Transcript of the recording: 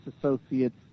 associates